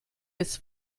its